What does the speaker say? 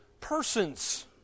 persons